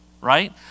right